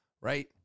right